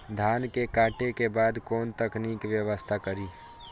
धान के काटे के बाद कोन तकनीकी व्यवस्था करी?